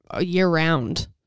year-round